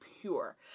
pure